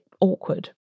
awkward